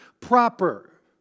proper